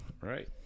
right